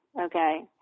okay